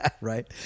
right